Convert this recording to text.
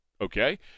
okay